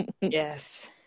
yes